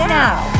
now